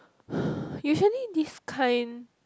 usually this kind